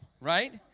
right